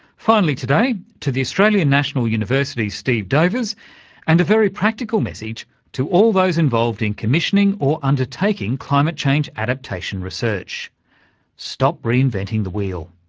finally today to the australian national university's steve dovers and a very practical message to all those involved in commissioning or undertaking climate change adaptation research stop reinventing the wheel.